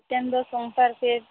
ᱢᱤᱫᱴᱟᱝ ᱫᱚ ᱥᱚᱝᱥᱟᱨ ᱯᱷᱮᱸᱫ